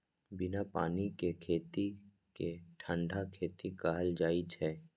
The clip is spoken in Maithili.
बिना पानि के खेती कें ठंढा खेती कहल जाइ छै